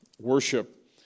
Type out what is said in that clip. worship